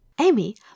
Amy